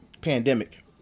pandemic